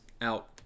out